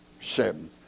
seven